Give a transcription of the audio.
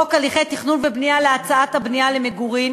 חוק הליכי תכנון ובנייה להאצת הבנייה למגורים